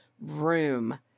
room